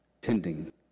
tending